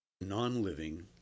non-living